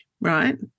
right